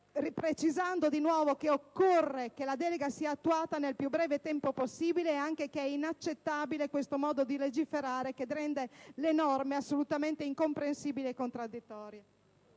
precisando nuovamente che occorre che la delega sia attuata nel più breve tempo possibile e che è inaccettabile questo modo di legiferare, che rende le norme assolutamente incomprensibili e contraddittorie.